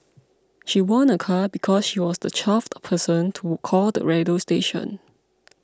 she won a car because she was the twelfth person to call the radio station